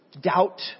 doubt